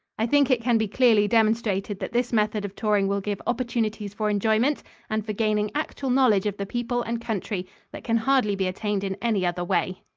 i think it can be clearly demonstrated that this method of touring will give opportunities for enjoyment and for gaining actual knowledge of the people and country that can hardly be attained in any other way.